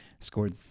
Scored